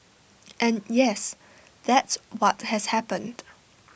and yes that's what has happened